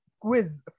quiz